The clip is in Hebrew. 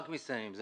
רק מסתננים.